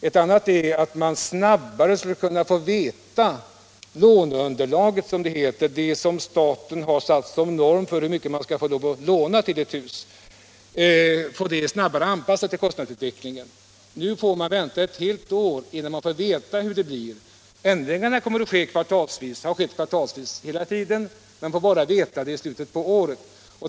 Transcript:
Ett annat förslag är att man snabbare skulle kunna få kännedom om det låneunderlag som staten satt upp som norm för hur mycket man skall få låna till ett hus. Detta skulle snabbare anpassas till kostnadsutvecklingen. Nu får man vänta ett helt år innan man får veta hur det blir. Ändringarna har hela tiden skett kvartalsvis, men man har bara i slutet av året fått besked om dessa.